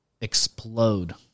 explode